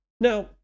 Now